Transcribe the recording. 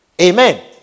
Amen